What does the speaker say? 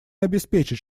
обеспечить